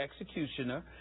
executioner